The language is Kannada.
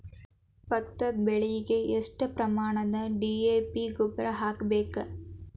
ಭತ್ತದ ಬೆಳಿಗೆ ಎಷ್ಟ ಪ್ರಮಾಣದಾಗ ಡಿ.ಎ.ಪಿ ಗೊಬ್ಬರ ಹಾಕ್ಬೇಕ?